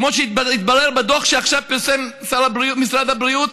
כמו שהתברר בדוח שפרסם עכשיו משרד הבריאות,